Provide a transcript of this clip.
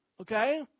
Okay